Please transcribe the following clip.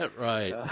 Right